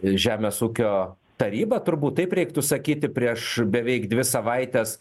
žemės ūkio taryba turbūt taip reiktų sakyti prieš beveik dvi savaites